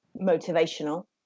motivational